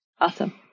Awesome